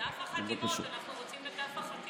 דף החתימות, אנחנו רוצים את דף החתימות.